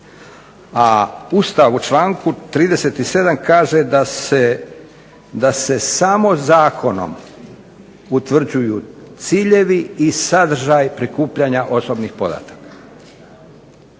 A Ustav u članku 37. kaže da se samo zakonom utvrđuju ciljevi i sadržaj prikupljanja osobnih podataka,